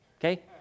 Okay